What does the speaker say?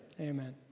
Amen